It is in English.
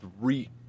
three